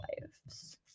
lives